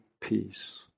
peace